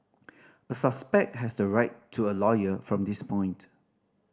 a suspect has the right to a lawyer from this point